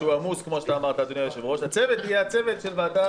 שהוא עמוס הצוות יהיה הצוות של הוועדה לקידום מעמד האישה.